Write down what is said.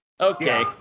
Okay